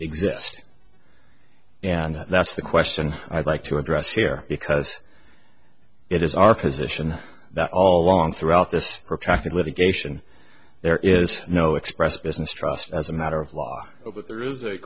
exist and that's the question i'd like to address here because it is our position that all along throughout this protracted litigation there is no express business trust as a matter of law but there is a